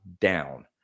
down